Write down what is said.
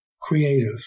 creative